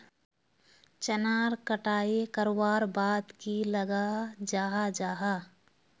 चनार कटाई करवार बाद की लगा जाहा जाहा?